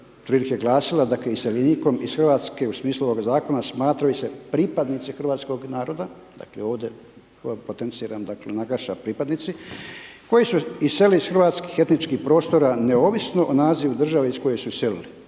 otprilike glasila dakle iseljenikom iz Hrvatske u smislu ovog zakona, smatraju se pripadnici hrvatskog naroda, dakle ovdje potenciram dakle naglasak pripadnici, koji su iselili iz hrvatskih etničkih prostora neovisno o nazivu države iz koje su selili.